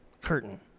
curtain